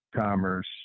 commerce